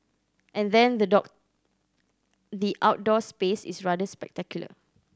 and then the dog the outdoor space is rather spectacular